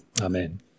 Amen